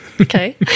Okay